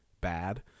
bad